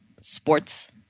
sports